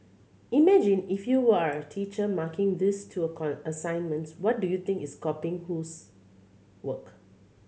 imagine if you are a teacher marking these two assignments who do you think is copying whose work